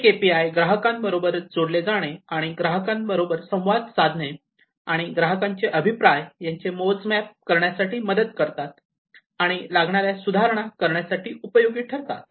हे K P I ग्राहकांबरोबर जोडले जाणे आणि ग्राहकांबरोबर संवाद साधने आणि ग्राहकांचे अभिप्राय यांचे मोजमाप करण्यासाठी मदत करतात आणि लागणाऱ्या सुधारणा करण्यासाठी उपयोगी ठरतात